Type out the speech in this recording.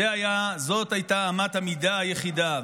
זאת הייתה אמת המידה היחידה,